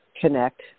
connect